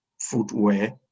footwear